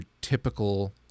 typical